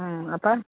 അപ്പം